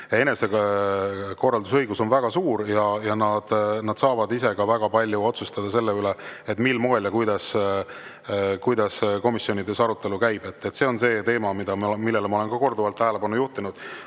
enesekorraldusõigus on väga suur ja nad saavad ise väga palju otsustada selle üle, mil moel komisjonides arutelu käib. See on teema, millele ma olen korduvalt tähelepanu juhtinud.